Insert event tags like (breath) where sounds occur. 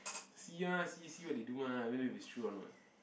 see ah see see what they do mah whether if it's true or not (breath)